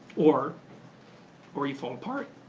or or you fall apart.